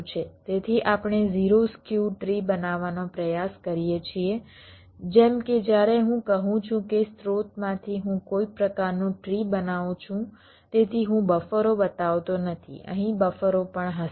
તેથી આપણે 0 skew tree બનાવવાનો પ્રયાસ કરીએ છીએ જેમ કે જ્યારે હું કહું છું કે સ્રોતમાંથી હું કોઈ પ્રકારનું ટ્રી બનાવું છું તેથી હું બફરો બતાવતો નથી અહીં બફરો પણ હશે